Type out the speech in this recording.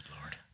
Lord